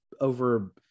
over